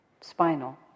spinal